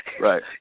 right